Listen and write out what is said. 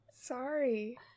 Sorry